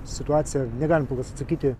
situaciją negalim kol kas atsakyti